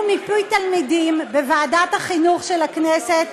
מפי תלמידים בוועדת החינוך של הכנסת,